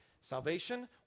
Salvation